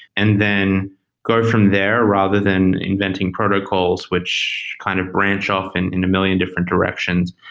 and then go from there, rather than inventing protocols which kind of branch off and in a million different directions,